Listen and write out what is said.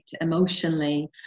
emotionally